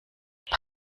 die